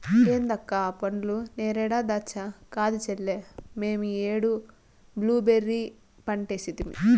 ఏంది అక్క ఆ పండ్లు నేరేడా దాచ్చా కాదు చెల్లే మేమీ ఏడు బ్లూబెర్రీ పంటేసితిని